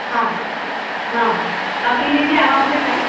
हाँ हाँ हाँ हाँ आप पी लीजिए आराम से चाय